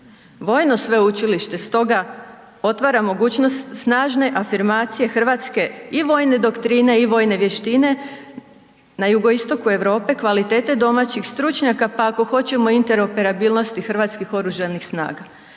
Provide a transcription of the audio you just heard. Vojno sveučilište stoga otvara mogućnost snažne afirmacije Hrvatske i vojne doktrine i vojne vještine na jugoistoku Europe, kvalitete domaćih stručnjaka pa ako hoćemo interoperabilnosti Hrvatskih oružanih snaga.